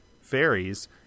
fairies